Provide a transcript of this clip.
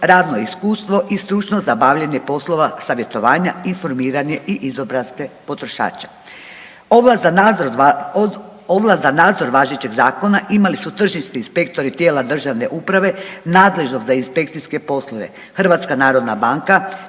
radno iskustvo i stručnost za obavljanje poslova savjetovanja, informiranje i izobrazbe potrošača. Ovlast za nadzor važećeg zakona imali su tržišni inspektori i tijela državne uprave nadležnog za inspekcijske poslove, HNB, te Hrvatska